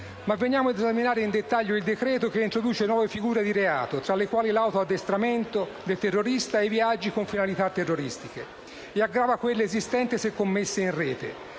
Ma veniamo ad esaminare in dettaglio il decreto-legge che introduce nuove figure di reato, tra le quali l'auto addestramento del terrorista e i viaggi con finalità terroristiche, e aggrava quelle esistenti se commesse in rete.